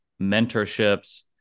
mentorships